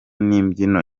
n’imbyino